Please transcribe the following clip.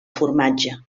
formatge